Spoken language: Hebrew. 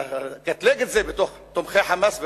ולקטלג את זה בתוך תומכי "חמאס"